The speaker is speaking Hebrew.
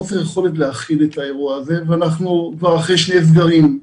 חוסר יכולת להכיל את האירוע הזה ואנחנו כבר אחרי שני סגרים.